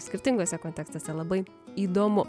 skirtinguose kontekstuose labai įdomu